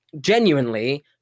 Genuinely